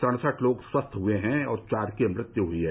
सड़सठ लोग स्वस्थ हुए हैं और चार की मृत्यु हुयी है